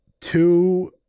two